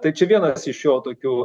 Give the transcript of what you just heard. tai čia vienas iš jo tokių